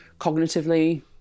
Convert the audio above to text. cognitively